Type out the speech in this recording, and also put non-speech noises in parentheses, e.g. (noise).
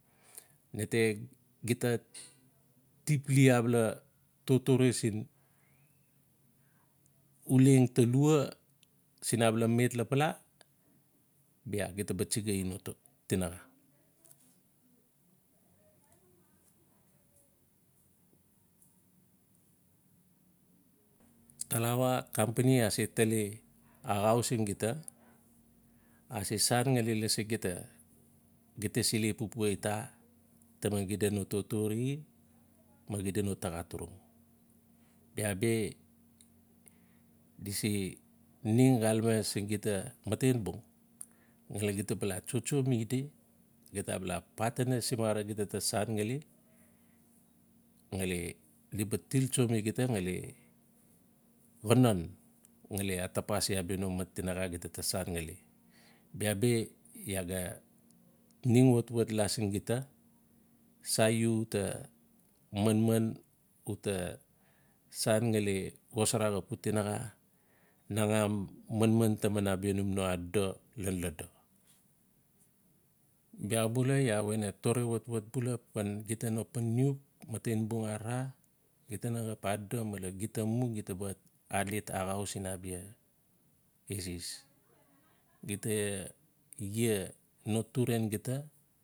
Nate gita tiplin abala totore siin uleng ta luq siin abala met laperda, bia gita ba tsigai no tinaxa. (noise) talawa company ase tali axau gita, ase san ngali lasi gita, gita se le pupua ita? Taman xida no totore ma xida no taxaturung. Bia bi, dise ning xalam siin gita matenbung, ngali gita bala tsotso mi di, gita bala patinai semara gita ta san ngali-ngali di ba tiltso mi gita ngali xonon atapasi mat tinaxa gita ta san ngali. Bia bi iaa ga ning watwat la sin gita, sa iu u ta manman u ta san ngali xosara xa pu tinaxa. nangam manman taman numno adodo, lan lado. Bia bula iaa we na tore watwat bila pan xida no pananiu, matenbung arara gita na xap adodo malen gita mu gita ba alet axau sin abia eses. Gita ie no turar gita pupua siin abia eses.